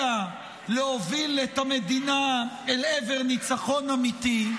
להוביל את המדינה אל עבר ניצחון אמיתי,